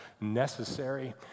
necessary